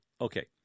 okay